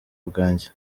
bwanjye